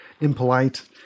impolite